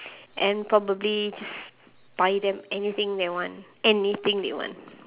and probably just buy them anything they want anything they want